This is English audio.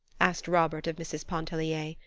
asked robert of mrs. pontellier.